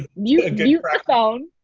mute the phone.